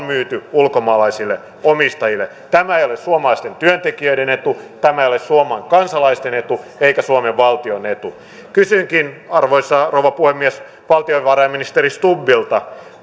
myyty ulkomaalaisille omistajille tämä ei ole suomalaisten työntekijöiden etu tämä ei ole suomen kansalaisten etu eikä suomen valtion etu kysynkin arvoisa rouva puhemies valtiovarainministeri stubbilta